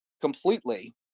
completely